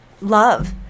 love